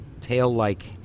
tail-like